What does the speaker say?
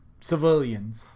civilians